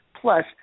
Plus